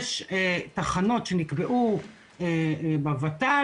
יש תחנות שנקבעו בות"ל,